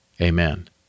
Amen